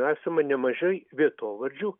esama nemažai vietovardžių